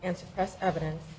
and suppress evidence